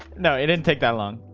no, it didn't take that long.